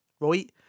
Right